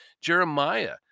Jeremiah